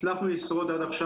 הצלחנו לשרוד עד עכשיו,